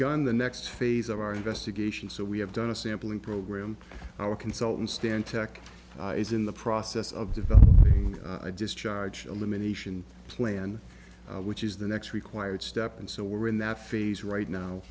gun the next phase of our investigation so we have done a sampling program our consultant stan tech is in the process of developing a discharge elimination plan which is the next required step and so we're in that phase right